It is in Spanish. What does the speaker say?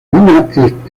una